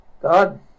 God